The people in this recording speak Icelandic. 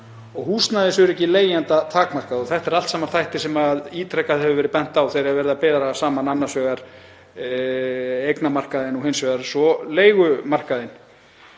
og húsnæðisöryggi leigjenda takmarkað. Þetta eru allt saman þættir sem ítrekað hefur verið bent á þegar er verið að bera saman annars vegar eignamarkaðinn og hins vegar svo leigumarkaðinn.